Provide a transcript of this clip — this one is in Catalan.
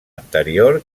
anterior